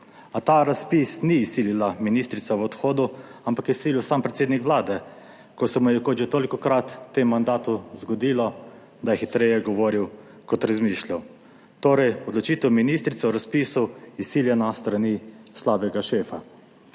A ta razpis ni izsilila ministrica v odhodu, ampak je silil sam predsednik Vlade, ko se mu je kot že tolikokrat v tem mandatu zgodilo, da je hitreje govoril kot razmišljal. Torej, odločitev ministrice o razpisu je izsiljena s strani slabega šefa.